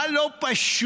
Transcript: מה לא פשוט?